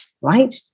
right